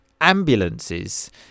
ambulances